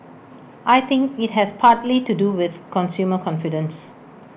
I think IT has partly to do with consumer confidence